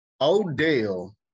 Odell